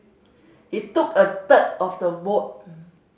he took a third of the vote